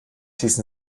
hießen